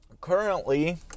currently